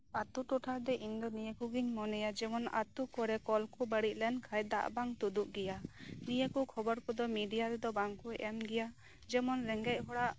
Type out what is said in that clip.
ᱟᱛᱳ ᱴᱚᱴᱷᱟᱨᱮ ᱤᱧᱫᱚ ᱱᱤᱭᱟᱹᱠᱚ ᱜᱤᱧ ᱢᱚᱱᱮᱭᱟ ᱡᱮᱢᱚᱱ ᱟᱛᱳ ᱠᱚᱨᱮ ᱠᱚᱞᱠᱚ ᱵᱟᱹᱲᱤᱡ ᱞᱮᱱᱠᱷᱟᱱ ᱫᱟᱜ ᱵᱟᱝ ᱛᱳᱫᱳᱜ ᱜᱮᱭᱟ ᱱᱤᱭᱟᱹᱠᱚ ᱠᱷᱚᱵᱚᱨ ᱠᱚᱫᱚ ᱢᱤᱰᱤᱭᱟ ᱨᱮᱫᱚ ᱵᱟᱝᱠᱚ ᱮᱢᱜᱮᱭᱟ ᱡᱮᱢᱚᱱ ᱨᱮᱸᱜᱮᱡ ᱦᱚᱲᱟᱜ